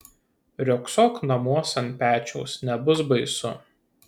riogsok namuos ant pečiaus nebus baisu